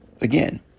Again